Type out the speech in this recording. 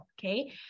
okay